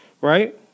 Right